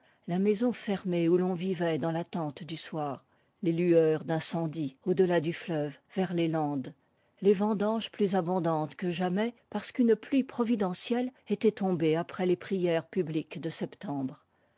la maison fermée où l'on vivait dans l'attente du soir les lueurs d incendies au delà du fleuve vers les landes les vendanges plus abondantes que jamais parce qu'une pluie providentielle était tombée après les prières publiques de septembre